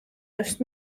just